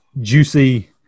juicy